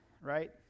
Right